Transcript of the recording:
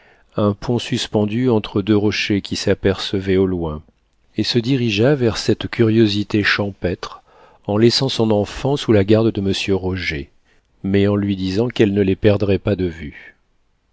un pont suspendu entre deux rochers qui s'apercevait au loin et se dirigea vers cette curiosité champêtre en laissant son enfant sous la garde de monsieur roger mais en lui disant qu'elle ne les perdrait pas de vue